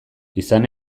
izan